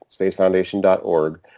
spacefoundation.org